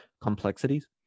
complexities